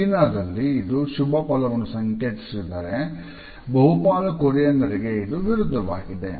ಚೀನಾದಲ್ಲಿ ಇದು ಶುಭಫಲವನ್ನು ಸಂಕೇತಿಸಿದರೆ ಬಹುಪಾಲು ಕೊರಿಯನ್ನರಿಗೆ ಇದು ವಿರುದ್ಧವಾಗಿದೆ